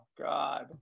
god